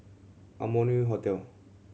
Amoy Hotel